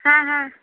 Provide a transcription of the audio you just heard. हाँ हाँ